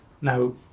Now